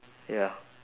ya